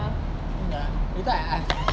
don't know lah later I ask